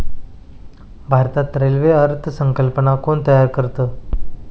भारतात रेल्वे अर्थ संकल्प कोण तयार करतं?